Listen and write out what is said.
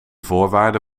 voorwaarde